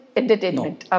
entertainment